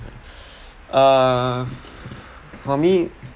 uh for me